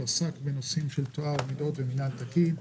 עסק בנושאים של טוהר מידות ומינהל תקין.